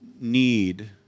need